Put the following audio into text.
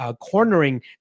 cornering